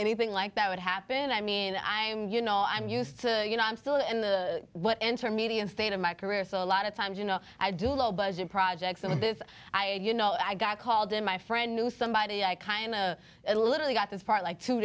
anything like that would happen i mean i am you know i'm used to you know i'm still in the what enter media and fate of my career so a lot of times you know i do a low budget projects and if i you know i got called in my friend knew somebody i kind of literally got this part like two